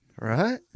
Right